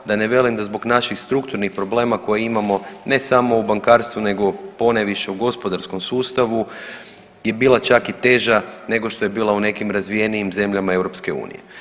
Da ne velim da zbog naših strukturnih problema koje imamo ne samo u bankarstvu nego ponajviše u gospodarskom sustavu je bila čak i teža nego što je bila u nekim razvijenijim zemljama EU.